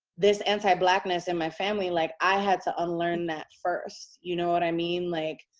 this anti-blackness in my family, like i had to unlearn that first. you know what i mean? like,